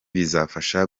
bizafasha